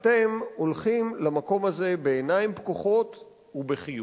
הולכים למקום הזה בעיניים פקוחות ובחיוך.